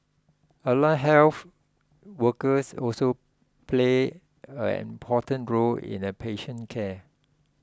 allied health workers also play an important role in a patient's care